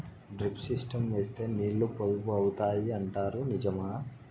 Drip system వేస్తే నీళ్లు పొదుపు అవుతాయి అంటారు నిజమా?